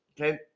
Okay